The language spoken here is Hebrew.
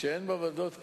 אשתדל לא לעבור את הזמן.